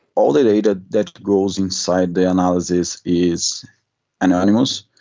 all the data that goes inside the analysis is anonymous.